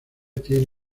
tiene